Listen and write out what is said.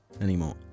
anymore